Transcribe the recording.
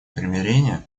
примирения